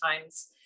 times